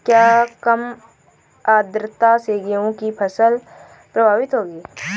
क्या कम आर्द्रता से गेहूँ की फसल प्रभावित होगी?